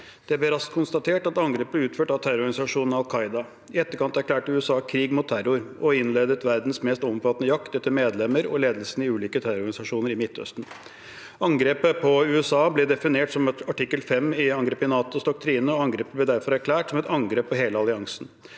Det ble raskt konstatert at angrepet var utført av terrororganisasjonen Al Qaida. I etterkant erklærte USA krig mot terror og innledet verdens mest omfattende jakt etter medlemmer og ledelsen i ulike terrororganisasjoner i Midtøsten. Angrepet på USA ble definert som et artikkel 5-angrep i NATOs doktrine, og ble derfor erklært som et angrep på hele alliansen.